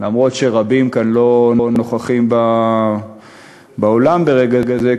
למרות שרבים לא נוכחים כאן באולם ברגע זה,